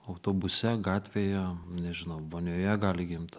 autobuse gatvėje nežinau vonioje gali gimt